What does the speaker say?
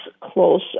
close